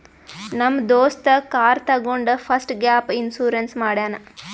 ನಮ್ ದೋಸ್ತ ಕಾರ್ ತಗೊಂಡ್ ಫಸ್ಟ್ ಗ್ಯಾಪ್ ಇನ್ಸೂರೆನ್ಸ್ ಮಾಡ್ಯಾನ್